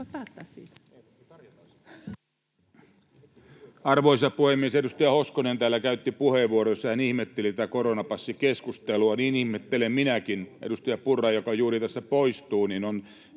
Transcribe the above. Arvoisa puhemies! Edustaja Hoskonen täällä käytti puheenvuoron, jossa hän ihmetteli tätä koronapassikeskustelua. Niin ihmettelen minäkin. Edustaja Purra, joka juuri tässä poistuu,